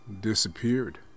disappeared